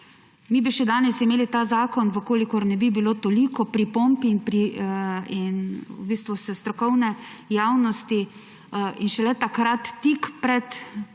Mi bi še danes imeli ta zakon, v kolikor ne bi bilo toliko pripomb v bistvu strokovne javnosti. In šele takrat, pet